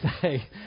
say